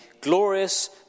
glorious